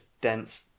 dense